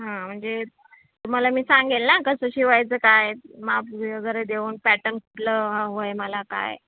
हां म्हणजे तुम्हाला मी सांगेल ना कसं शिवायचं काय माप वगैरे देऊन पॅटर्न कुठलं हवं आहे मला काय